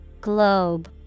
Globe